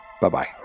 Bye-bye